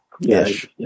Yes